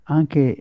anche